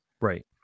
Right